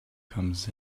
comes